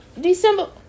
December